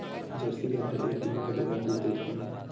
Jersey गाय ह एक दिन म कतेकन दूध देत होही?